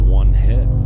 one-hit